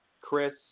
Chris